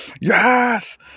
yes